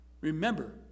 Remember